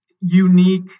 unique